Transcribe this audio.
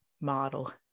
model